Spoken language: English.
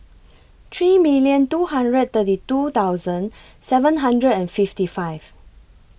three million two hundred and thirty two seven hundred and fifty five